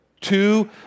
two